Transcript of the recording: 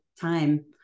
time